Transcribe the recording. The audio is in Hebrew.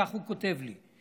כך הוא כותב לי,